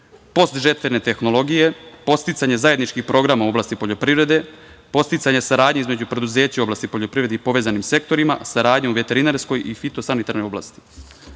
... tehnologije, podsticanje zajedničkih programa u oblasti poljoprivrede, podsticanje saradnje između preduzeća u oblasti poljoprivrede i povezanim sektorima, saradnja u veterinarskoj i fitosanitarnoj